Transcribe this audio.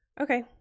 Okay